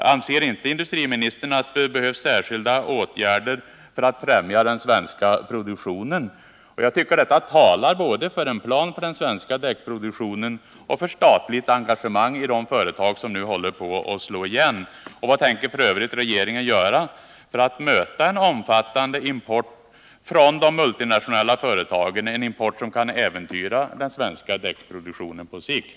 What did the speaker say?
Anser skilda åtgärder för att främja den inte industriministern att det behöv: svenska produktionen? Jag tycker att detta talar både för en plan för den svenska däckproduktionen och för statligt engagemang i de företag som nu håller på att slå igen. Vad tänker f. ö. regeringen göra för att möta en omfattande import från de multinationella företagen? Det gäller en import som kan äventyra den svenska däckproduktionen på sikt.